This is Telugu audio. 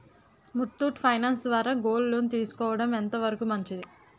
ముత్తూట్ ఫైనాన్స్ ద్వారా గోల్డ్ లోన్ తీసుకోవడం ఎంత వరకు మంచిది?